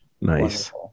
nice